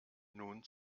nun